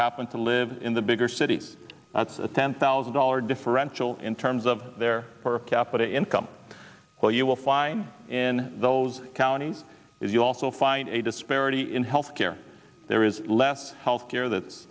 happen to live in the bigger cities that's ten thousand dollar differential in terms of their per capita income well you will find in those counties if you also find a disparity in health care there is less health care that's